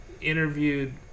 interviewed